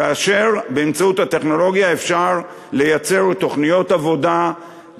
כאשר באמצעות הטכנולוגיה אפשר לייצר תוכניות עבודה,